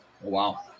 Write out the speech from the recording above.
Wow